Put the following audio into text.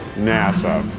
nasa.